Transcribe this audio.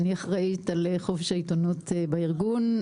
אני אחראית על חופש העיתונות בארגון.